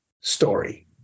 story